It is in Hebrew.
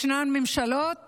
יש ממשלות